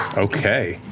okay.